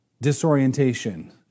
Disorientation